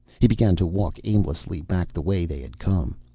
he began to walk aimlessly back the way they had come.